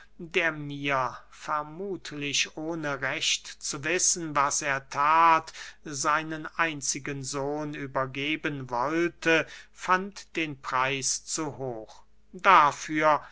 der mir vermuthlich ohne recht zu wissen was er that seinen einzigen sohn übergeben wollte fand den preis zu hoch dafür